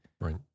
right